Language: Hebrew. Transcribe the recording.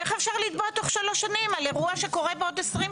איך אפשר לתבוע תוך שלוש שנים על אירוע שקורה בעוד 20 שנה?